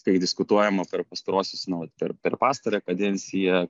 tai diskutuojama per pastaruosius na vat ir per pastarąją kadenciją